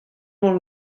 mañ